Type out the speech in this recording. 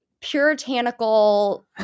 puritanical